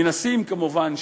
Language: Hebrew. מנסים, כמובן,